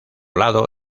lado